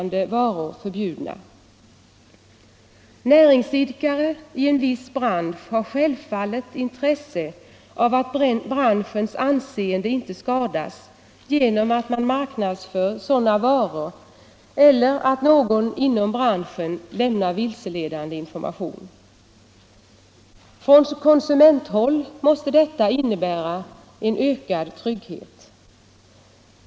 Näringsidkare i en viss bransch har självfallet intresse av att branschens anseende inte skadas genom att man marknadsför sådana varor eller att någon inom branschen lämnar vilseledande information. Från konsumenthåll måste detta innebära en ökad trygghet.